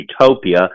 utopia